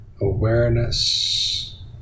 Awareness